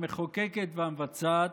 המחוקקת והמבצעת,